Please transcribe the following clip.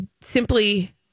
simply